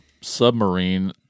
submarine